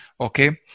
okay